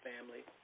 family